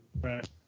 Right